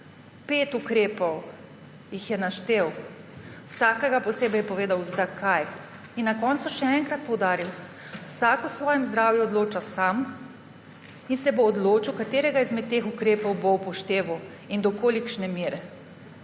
pet ukrepov, jih je naštel, vsakega posebej povedal, zakaj, in na koncu še enkrat poudaril, da vsak o svojem zdravju odloča sam in se bo odločil, katerega izmed teh ukrepov bo upošteval in do kolikšne mere.